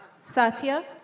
Satya